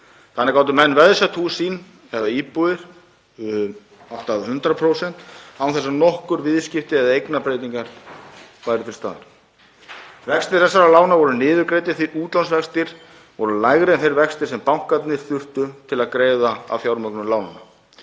þá gátu menn veðsett hús sín eða íbúðir um allt að 100% án þess að nokkur viðskipti eða eignabreytingar væru til staðar. Vextir þessara lána voru niðurgreiddir því útlánsvextir voru lægri en þeir vextir sem bankarnir þurftu til að greiða af fjármögnun lánanna.